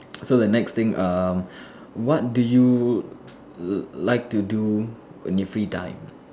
so the next thing um what do you like to do on your free time